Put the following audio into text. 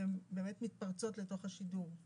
שהן מתפרצות לתוך השידור.